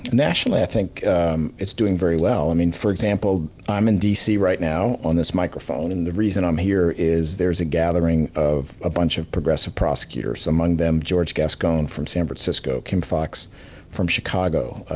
nationally, i think um it's doing very well. i mean, for example, i'm in d. c. right now on this microphone, and the reason i'm here is there's a gathering of a bunch of progressive prosecutors. among them. george gascon from san francisco, kim fox from chicago,